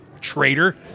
traitor